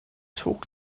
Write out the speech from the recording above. talk